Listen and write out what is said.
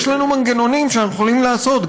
יש לנו מנגנונים ואנחנו יכולים לעשות,